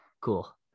cool